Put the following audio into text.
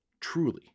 Truly